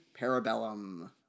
parabellum